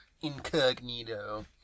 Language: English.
incognito